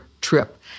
trip